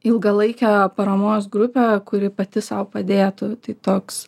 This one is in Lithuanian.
ilgalaikę paramos grupę kuri pati sau padėtų tai toks